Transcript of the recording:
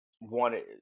wanted